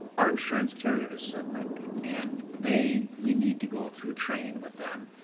our insurance carrier is civmec, and they, we need to go through training with them.